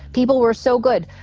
people were so good.